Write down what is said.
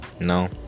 No